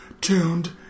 tuned